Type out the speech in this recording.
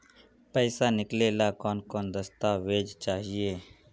पैसा निकले ला कौन कौन दस्तावेज चाहिए?